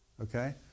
Okay